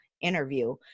interview